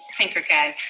Tinkercad